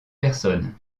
personnes